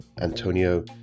Antonio